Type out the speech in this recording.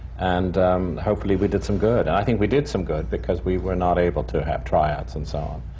and hopefully we did some good. and i think we did some good, because we were not able to have tryouts and so on.